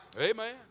Amen